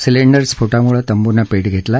cylinder स्फोटामुळे तंबून पेट घेतला